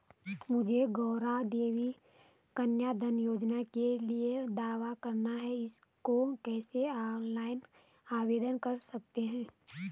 मुझे गौरा देवी कन्या धन योजना के लिए दावा करना है इसको कैसे ऑनलाइन आवेदन कर सकते हैं?